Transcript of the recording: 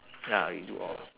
ya we do all